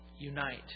unite